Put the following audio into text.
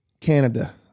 Canada